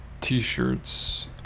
t-shirts